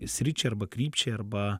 sričiai arba krypčiai arba